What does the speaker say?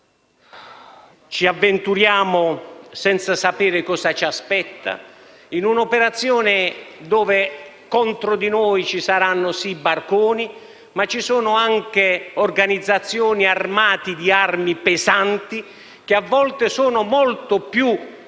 Ci avventuriamo senza sapere cosa ci aspetta in un'operazione in cui contro di noi ci saranno sì i barconi, ma anche organizzazioni armate di armi pesanti che sono molto più